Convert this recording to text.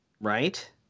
Right